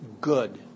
good